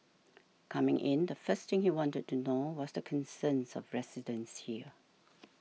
coming in the first thing he wanted to know was the concerns of residents here